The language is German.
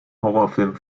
horrorfilm